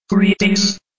Greetings